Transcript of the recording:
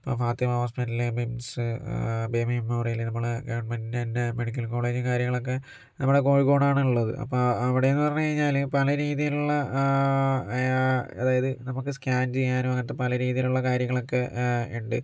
ഇപ്പോൾ Fathima hospital MIMS Baby Memorial നമ്മുടെ ഗവൺമെൻ്റിൻ്റെ തന്നെ മെഡിക്കൽ കോളേജ് കാര്യങ്ങളൊക്കെ നമ്മുടെ കോഴിക്കോടാണ് ഉള്ളത് അപ്പ അവിടെന്നു പറഞ്ഞു കഴിഞ്ഞാല് പല രീതിലുള്ള അതായത് നമുക്ക് സ്കാൻ ചെയ്യാനും അങ്ങനത്തെ പല രീതിലുള്ള കാര്യങ്ങളൊക്കെ ഉണ്ട്